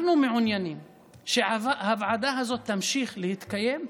אנחנו מעוניינים שהוועדה הזאת תמשיך להתקיים,